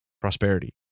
prosperity